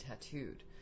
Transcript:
tattooed